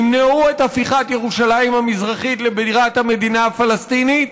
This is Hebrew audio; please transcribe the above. ימנעו את הפיכת ירושלים המזרחית לבירת המדינה הפלסטינית